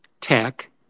tech